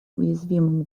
уязвимым